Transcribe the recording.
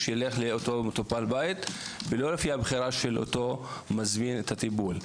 שילך לאותו בית ולא לפי הבחירה של מזמין הטיפול.